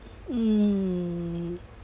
mm